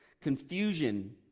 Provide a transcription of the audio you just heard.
confusion